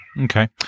Okay